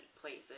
places